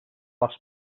les